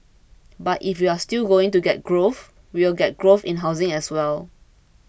but if we are still going to get growth we will get growth in housing as well